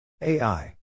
AI